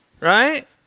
right